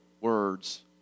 words